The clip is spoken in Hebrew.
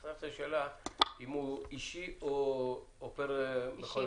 חסכת לי שאלה אם הוא אישי או פר מכונית.